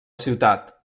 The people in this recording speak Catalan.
ciutat